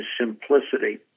simplicity